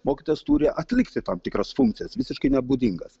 mokytojas turi atlikti tam tikras funkcijas visiškai nebūdingas